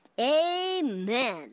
Amen